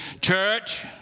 Church